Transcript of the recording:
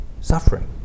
suffering